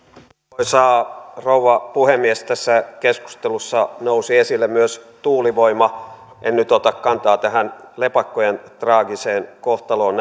arvoisa rouva puhemies tässä keskustelussa nousi esille myös tuulivoima en nyt ota kantaa tähän lepakkojen traagiseen kohtaloon